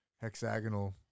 hexagonal